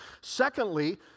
Secondly